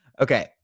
Okay